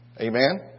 Amen